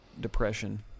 depression